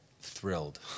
thrilled